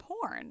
porn